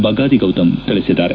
ಬಗಾದಿ ಗೌತಮ್ ತಿಳಿಸಿದ್ದಾರೆ